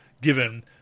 given